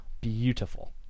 beautiful